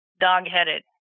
dog-headed